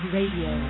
Radio